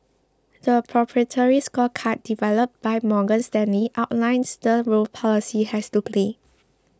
the proprietary scorecard developed by Morgan Stanley outlines the role policy has to play